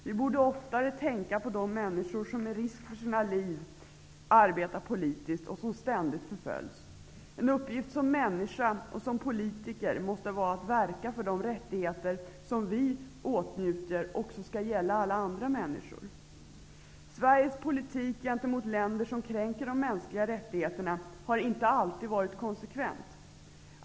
Vi borde oftare tänka på de människor som med risk för sina liv arbetar politiskt och som ständigt förföljs. En uppgift som människa, och som politiker, måste vara att verka för att de rättigheter som vi åtnjuter också skall gälla alla andra människor. Sveriges politik gentemot länder som kränker de mänskliga rättigheterna har inte alltid varit konsekvent.